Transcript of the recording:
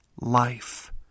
life